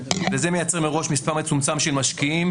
זה מייצר מראש מספר מצומצם של משקיעים